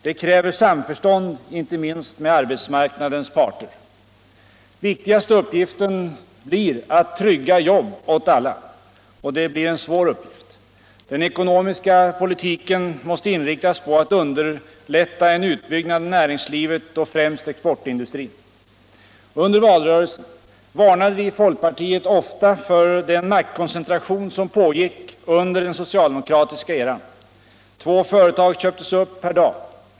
Det kräver samförstånd inte minst med arbetsmarknadens parter. Den viktigaste uppgiften blir att trygga jobb åt alla. Och det blir en svår uppgift. Den ekonomiska politiken måste inriktas på att underlätta en utbyggnad av näringslivet och främst exportindustrin. Under valrörelsen varnade vi i folkpartiet ofta för den maktkoncentration som pågick under den socialdemokratiska eran. Två företag köptes upp per dag.